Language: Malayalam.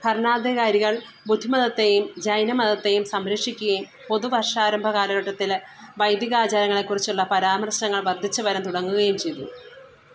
ഭരണാധികാരികൾ ബുദ്ധമതത്തെയും ജൈനമതത്തെയും സംരക്ഷിക്കുകയും പൊതുവര്ഷാരംഭകാലഘട്ടത്തിലെ വൈദികാചാരങ്ങളെക്കുറിച്ചുള്ള പരാമർശങ്ങൾ വര്ദ്ധിച്ചുവരാന് തുടങ്ങുകയും ചെയ്തു